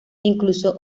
incluso